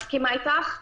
מסכימה אתך.